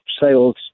sales